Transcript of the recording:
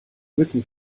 mücken